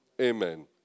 Amen